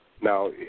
Now